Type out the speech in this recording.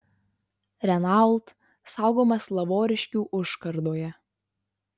renault saugomas lavoriškių užkardoje